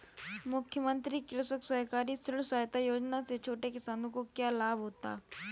मुख्यमंत्री कृषक सहकारी ऋण सहायता योजना से छोटे किसानों को क्या लाभ होगा?